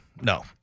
no